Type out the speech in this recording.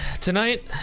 tonight